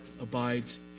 abides